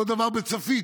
אותו הדבר בצפית.